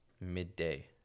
midday